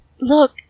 Look